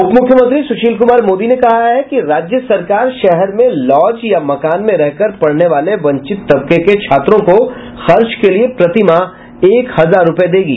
उपमुख्यमंत्री सुशील कुमार मोदी ने कहा है कि राज्य सरकार शहर में लॉज या मकान में रहकर पढ़ने वाले वचिंत तबके के छात्रों को खर्च के लिए प्रति माह एक हजार रूपये देगी